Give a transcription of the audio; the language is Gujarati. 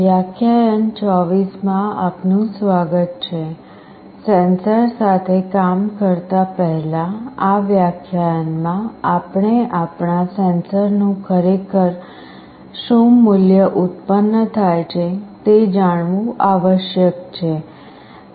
વ્યાખ્યાન 24 માં આપનું સ્વાગત છે સેન્સર સાથે કામ કરતા પહેલા આ વ્યાખ્યાનમાં આપણે આપણા સેન્સરનું ખરેખર શું મૂલ્ય ઉત્પન્ન થાય છે તે જાણવું આવશ્યક છે